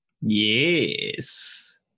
Yes